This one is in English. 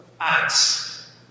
Acts